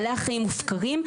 בעלי החיים מופקרים.